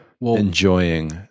enjoying